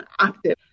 active